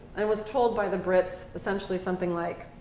i was told by the brits essentially something like,